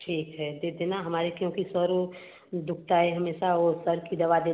ठीक है दे देना हमारे क्योंकि सिर उर दुखता है हमेशा और सिर की दवा दे